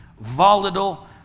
volatile